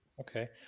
Okay